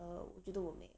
err 我觉得我没 eh